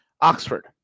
Oxford